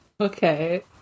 Okay